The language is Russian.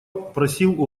просил